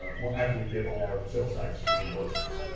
whatever we get our sales tax reimbursements.